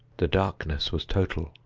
the darkness was total.